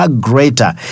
greater